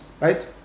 right